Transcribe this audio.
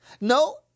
No